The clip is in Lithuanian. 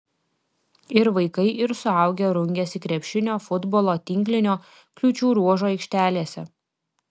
ir vaikai ir suaugę rungėsi krepšinio futbolo tinklinio kliūčių ruožo aikštelėse